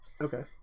Okay